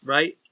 Right